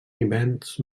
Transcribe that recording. hiverns